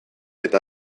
eta